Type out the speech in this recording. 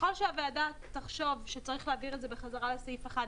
ככל שהוועדה תחשוב שצריך להעביר את זה בחזרה לסעיף 1,